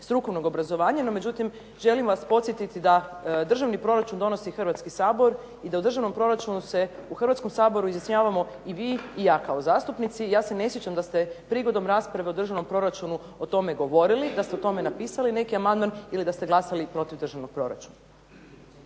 strukovnog obrazovanja. No međutim, želim vas podsjetiti da državni proračun donosi Hrvatski sabor i da u državnom proračunu se u Hrvatskom saboru izjašnjavamo i vi i ja kao zastupnici. Ja se ne sjećam da ste prigodom rasprave o državnom proračunu o tome govorili, da ste o tome napisali neki amandman ili da ste glasali protiv državnog proračuna.